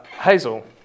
Hazel